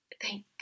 Thank